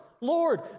Lord